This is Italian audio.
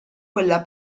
quella